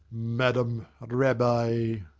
madam rabbi.